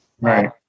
Right